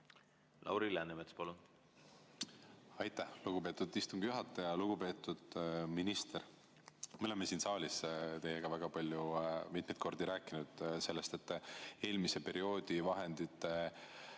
Lauri Läänemets, palun! Aitäh, lugupeetud istungi juhataja! Lugupeetud minister! Me oleme siin saalis teiega väga palju, mitmeid kordi rääkinud sellest, et eelmise perioodi vahendite